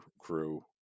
crew